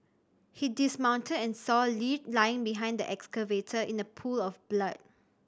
he dismounted and saw Lee lying behind the excavator in a pool of blood